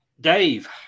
Dave